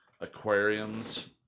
aquariums